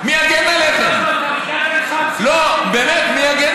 עליכם, באמת?